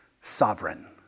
sovereign